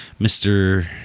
Mr